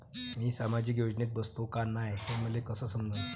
मी सामाजिक योजनेत बसतो का नाय, हे मले कस समजन?